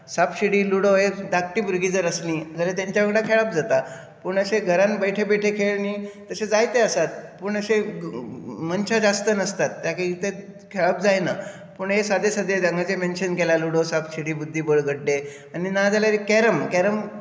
सापशिडी लुडो हें धाकटी भुरगीं जर आसलीं जाल्यार तांच्या वांगडा खेळप जाता पूण अशें घरांत बैठे बैठे खेळ न्ही तशें जायते आसात पूण अशे मनशां जास्त नासतात त्या खातीर इतलें खेळप जायना पूण हे सादे सादे हांगा जे मॅन्शन केल्यात लुडो सापशिडी बुद्धीबळ गड्डे आनी नाजाल्यार कॅरम